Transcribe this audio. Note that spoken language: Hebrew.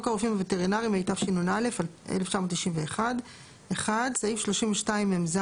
הרופאים הווטרינריים התשנ"א-1991 - (1) סעיף 32מז